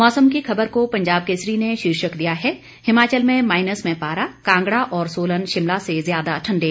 मौसम की खबर को पंजाब केसरी ने शीर्षक दिया है हिमाचल में माइनस में पारा कांगड़ा और सोलन शिमला से ज्यादा ठंडे